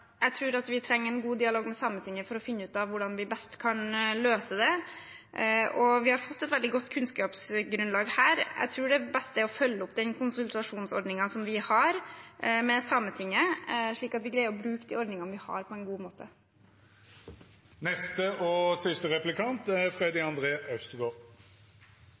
jeg tror at vi trenger en god dialog med Sametinget for å finne ut av hvordan vi best kan løse det. Vi har fått et veldig godt kunnskapsgrunnlag her. Jeg tror det beste er å følge opp den konsultasjonsordningen vi har med Sametinget, slik at vi greier å bruke de ordningene vi har på en god måte.